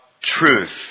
truth